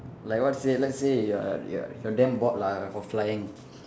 like what say let's say you're you're you're damn bored lah of flying